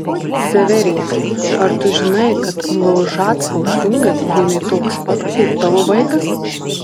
severija ar tu žinai kad laužacko sūnui gimė toks pat kaip tavo vaikas